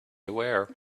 aware